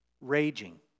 Raging